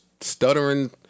stuttering